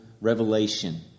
revelation